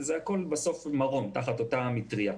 הכול בסוף מרום, תחת אותה מטריה.